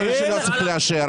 יכול להיות שלא צריך לאשר.